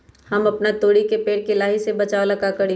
हम अपना तोरी के पेड़ के लाही से बचाव ला का करी?